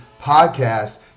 Podcast